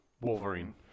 Wolverine